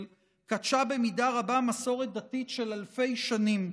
כתשה במידה רבה מסורת דתית של אלפי שנים,